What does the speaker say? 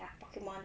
ya pokemon